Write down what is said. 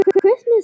Christmas